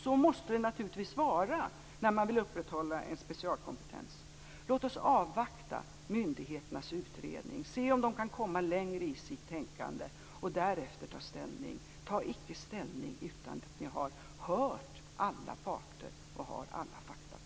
Så måste det naturligtvis vara när man vill upprätthålla en specialkompetens. Låt oss avvakta myndigheternas utredning och se om de kan komma längre i sitt tänkande och därefter ta ställning. Ta icke ställning utan att ni har hört alla parter och har alla faktum på bordet.